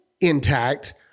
intact